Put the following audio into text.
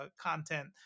content